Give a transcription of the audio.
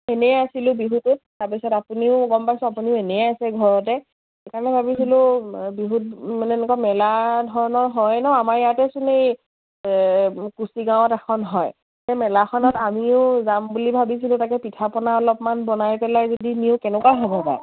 এনেই আছিলোঁ বিহুটোত তাৰপিছত আপুনিও গম পাইছে আপুনিও এনেই আছে ঘৰতে সেইকাৰণে ভাবিছিলোঁ বিহুত মানে এনেকুৱা মেলা ধৰণৰ হয় ন আমাৰ ইয়াতে চোন এই কুচিগাঁৱত এখন হয় সেই মেলাখনত আমিও যাম বুলি ভাবিছিলোঁ তাকে পিঠা পনা অলপমান বনাই পেলাই যদি নিওঁ কেনেকুৱা হ'ব বাৰু